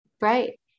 Right